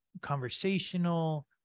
conversational